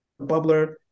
bubbler